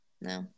No